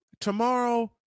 Tomorrow